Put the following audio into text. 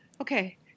Okay